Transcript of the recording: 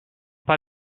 pas